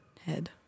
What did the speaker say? head